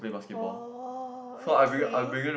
oh okay